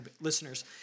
listeners